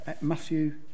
Matthew